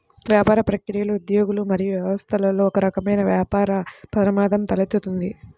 వ్యాపార ప్రక్రియలు, ఉద్యోగులు మరియు వ్యవస్థలలో ఒకరకమైన వ్యాపార ప్రమాదం తలెత్తుతుంది